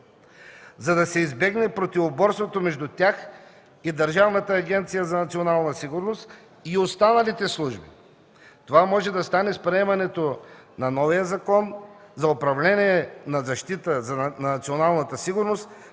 за да се избегне противоборството между тях и Държавна агенция „Национална сигурност” и останалите служби. Това може да стане с приемането на новия Закон за управление на защитата на националната сигурност